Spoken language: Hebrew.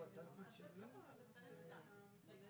אבל כשאתה יוצא באמת